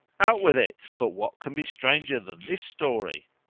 out with it but what can be stranger than this story?